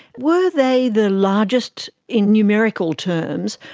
were they the largest, in numerical terms,